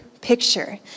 picture